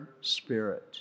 spirit